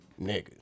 nigga